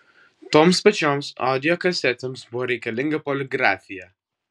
toms pačioms audio kasetėms buvo reikalinga poligrafija